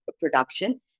production